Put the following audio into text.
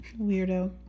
weirdo